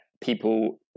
people